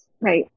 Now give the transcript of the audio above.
Right